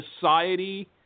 society